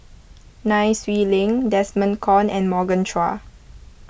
Nai Swee Leng Desmond Kon and Morgan Chua